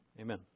Amen